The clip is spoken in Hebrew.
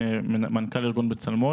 מנכ"ל ארגון בצלמו,